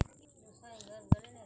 কুলত্থ কলাই কোন মাটিতে ভালো হয়?